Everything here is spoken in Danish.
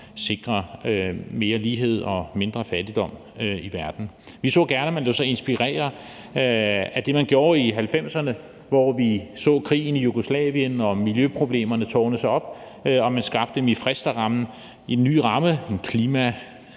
sikre mere lighed og mindre fattigdom i verden. Vi så gerne, at man lod sig inspirere af det, man gjorde i 90'erne, hvor vi så krigen i Jugoslavien, miljøproblemerne tårnede sig op og man skabte MIFRESTA-rammen. En ny ramme – en klima-